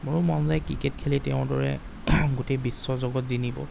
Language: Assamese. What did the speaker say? মোৰো মন যায় ক্ৰিকেট খেলি তেওঁৰ দৰে গোটেই বিশ্ব জগত জিনিব